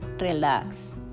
Relax